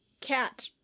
cat